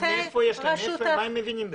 מה הם מבינים בזה?